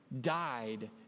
died